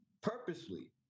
purposely